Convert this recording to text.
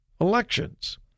elections